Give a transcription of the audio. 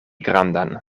grandan